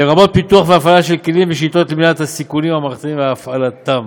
לרבות פיתוח והפעלה של כלים ושיטות למניעת סיכונים מערכתיים והפעלתם.